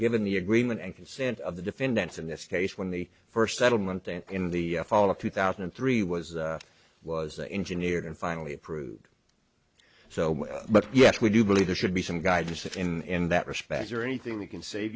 given the agreement and consent of the defendants in this case when the first settlement and in the fall of two thousand and three was was engineered and finally approved so but yes we do believe there should be some guidance in that respect or anything that can save